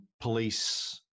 police